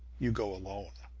you go alone!